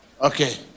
Okay